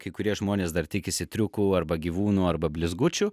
kai kurie žmonės dar tikisi triukų arba gyvūnų arba blizgučių